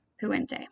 Puente